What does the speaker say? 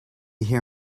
hear